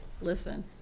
Listen